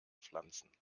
pflanzen